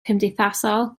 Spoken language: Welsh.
cymdeithasol